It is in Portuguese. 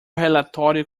relatório